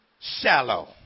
shallow